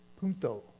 Punto